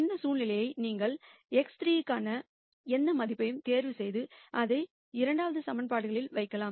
இந்த சூழ்நிலையை நீங்கள் x3 க்கான எந்த மதிப்பையும் தேர்வு செய்து அதை 2 ஈகிவேஷன்களில் வைக்கலாம்